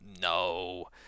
no